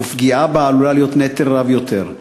ופגיעה בה עלולה להיות נטל רב יותר?